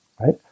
right